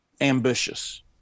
ambitious